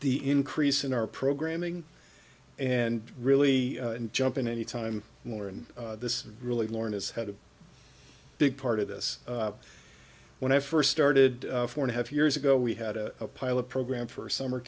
the increase in our programming and really jump in any time more and this really lauren has had a big part of this when i first started four and a half years ago we had a pilot program for a summer